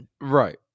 Right